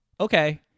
okay